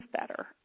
better